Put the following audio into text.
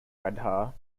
radha